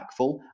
impactful